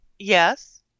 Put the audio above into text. Yes